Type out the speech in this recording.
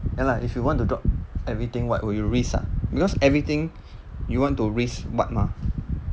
and like if you want to drop everything what would you risk ah because everything you want to risk [what] mah